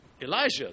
Elijah